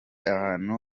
ahantu